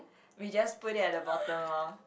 we just put it at the bottom loh